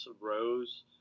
rows